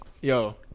yo